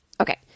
Okay